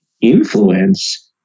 influence